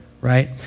right